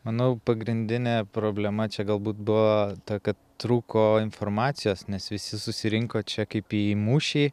manau pagrindinė problema čia galbūt buvo ta kad trūko informacijos nes visi susirinko čia kaip į mūšį